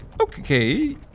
Okay